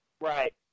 Right